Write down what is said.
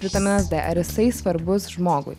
vitaminas d ar jisai svarbus žmogui